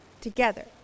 together